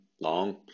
long